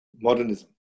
modernism